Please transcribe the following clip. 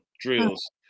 Drills